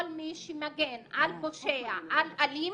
כל מי שמגן על פושע, על אלים